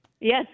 Yes